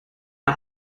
are